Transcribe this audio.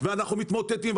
ואנחנו מתמוטטים,